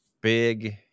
big